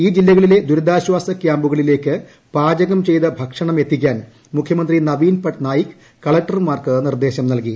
ഈ ജില്ലകളിലെ ദുരിതാശ്ചാസ ക്യാമ്പുകളിലേക്ക് പാചകം ചെയ്ത ഭക്ഷണം എത്തിക്കാൻ മുഖ്യമന്ത്രി നവീൻപട്നായിക് കളക്ടർമാർക്ക് നിർദ്ദേശം നല്കി